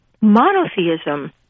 monotheism